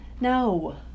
no